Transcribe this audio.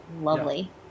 lovely